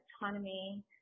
autonomy